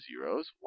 zeros